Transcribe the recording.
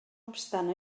obstant